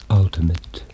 ultimate